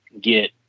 get